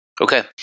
Okay